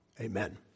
Amen